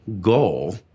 goal